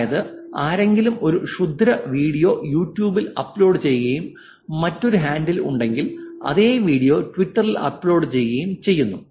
അതായത് ആരെങ്കിലും ഒരു ക്ഷുദ്ര വീഡിയോ യൂട്യൂബിൽ അപ്ലോഡ് ചെയ്യുകയും മറ്റൊരു ഹാൻഡിൽ ഉണ്ടെങ്കിൽ അതേ വീഡിയോ ട്വിറ്ററിൽ അപ്ലോഡ് ചെയ്യുകയും ചെയ്യുന്നു